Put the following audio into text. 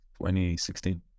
2016